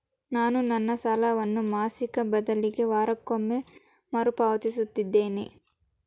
ನಾನು ನನ್ನ ಸಾಲವನ್ನು ಮಾಸಿಕ ಬದಲಿಗೆ ವಾರಕ್ಕೊಮ್ಮೆ ಮರುಪಾವತಿಸುತ್ತಿದ್ದೇನೆ